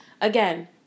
Again